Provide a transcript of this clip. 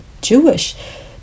Jewish